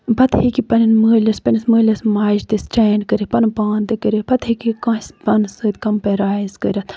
پَتہٕ ہیٚکہِ پَنٕنِٮ۪ن مالِس پَنٕنِس مالِس ماجہِ تہِ سٹینڈ کٔرِتھ پَنُن پان تہِ کٔرِتھ پَتہٕ ہیٚکہِ کٲنسہِ پانَس سۭتۍ کَپیِرایز کٔرِتھ